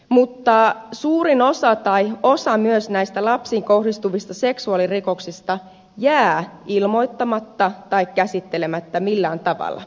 mutta osa myös näistä lapsiin kohdistuvista seksuaalirikoksista jää ilmoittamatta tai käsittelemättä millään tavalla